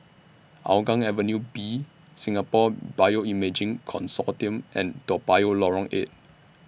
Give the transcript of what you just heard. Hougang Avenue B Singapore Bioimaging Consortium and Toa Payoh Lorong eight